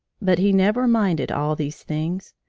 but he never minded all these things.